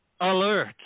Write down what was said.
alert